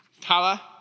Tala